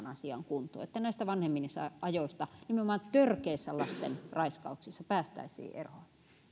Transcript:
asian kuntoon että näistä vanhenemisajoista nimenomaan törkeissä lasten raiskauksissa päästäisiin eroon